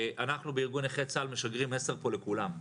אנחנו בארגון נכי צה"ל משגרים מסר פה לכולם.